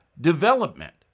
development